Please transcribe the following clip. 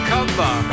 Cover